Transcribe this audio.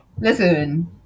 listen